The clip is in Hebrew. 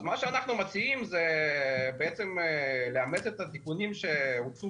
אז מה שאנחנו מציעים זה בעצם לאמץ את התיקונים שהוצעו